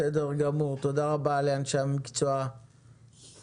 בסדר גמור, תודה רבה לאנשי המקצוע באוצר.